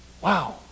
wow